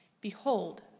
Behold